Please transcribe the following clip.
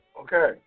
Okay